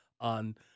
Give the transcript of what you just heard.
on